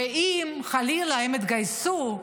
ואם חלילה הם יתגייסו,